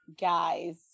guys